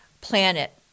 planet